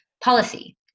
policy